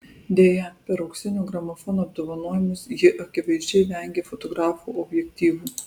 deja per auksinio gramofono apdovanojimus ji akivaizdžiai vengė fotografų objektyvų